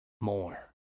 more